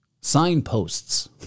signposts